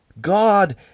God